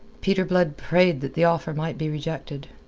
peter blood prayed that the offer might be rejected.